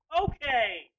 Okay